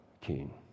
King